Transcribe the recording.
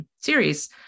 series